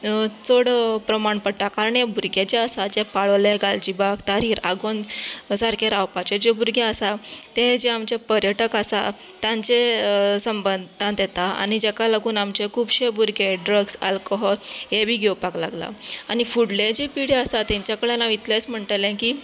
चड प्रमाण पडटा कारण हे भुरगे जे आसा जे पाळोले गालजीबाग तारीर आगोंद सारके रावपाचे जे भुरगें आसा ते जे आमचें पर्यटक आसा तांचे संबदान येतात आनी जेका लागून आमचें खुबशें भुरगें ड्रग्स आल्कोहोल हे बी घेवपाक लागलां आनी फुडलीं जे पिडी आसा तेंच्या कडेन हांव इतलेंच म्हणटले की